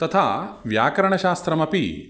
तथा व्याकरणशास्त्रमपि